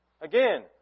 Again